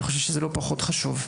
אני חושב שזה לא פחות חשוב.